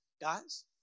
guys